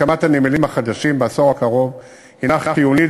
הקמת הנמלים החדשים בעשור הקרוב היא חיונית,